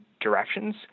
directions